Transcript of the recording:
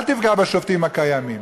אל תפגע בשופטים הקיימים,